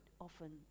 often